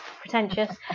pretentious